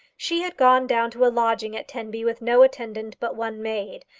she had gone down to a lodging at tenby with no attendant but one maid,